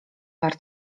war